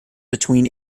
between